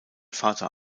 vater